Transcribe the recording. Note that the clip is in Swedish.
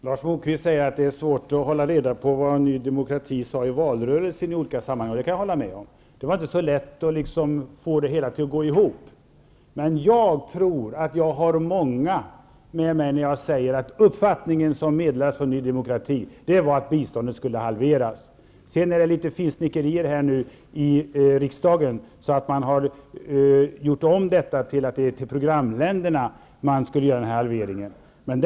Herr talman! Lars Moquist sade att det är svårt att hålla reda på vad Ny demokrati i olika sammanhang sade i valrörelsen. Det kan jag hålla med om. Det var inte så lätt att få det hela att gå ihop. Men jag tror att jag har många med mig när jag säger att uppfattningen som meddelades av Ny demokrati var att biståndet skulle halveras. Nu har det skett litet finsnickerier här i riksdagen så, att man har gjort om detta till att halveringen gäller programländerna.